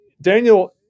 Daniel